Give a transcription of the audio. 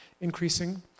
increasing